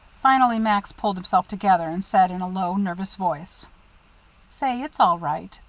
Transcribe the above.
finally max pulled himself together, and said in a low, nervous voice say, it's all right.